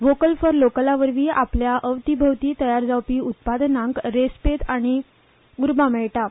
vocal for लोकलावरवीं आपल्या अवतीं भवतीं तयार जावपी उत्पादनांक रेस्पेत आनी उर्बा मेळटा